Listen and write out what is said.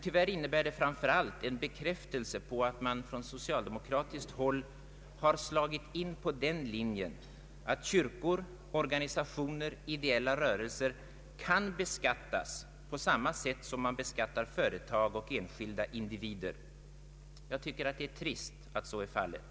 Tyvärr innebär det framför allt att man från socialdemokratiskt håll har slagit in på den linjen att kyrkor, organisationer och ideella rörelser kan beskattas på samma sätt som företag och enskilda individer. Det är trist att så är fallet.